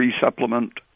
supplement